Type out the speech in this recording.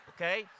Okay